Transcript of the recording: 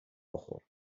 بخور